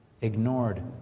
ignored